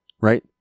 Right